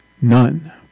None